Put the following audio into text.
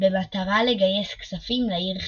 במטרה לגייס כספים לעיר חיפה.